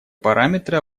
параметры